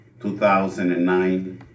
2009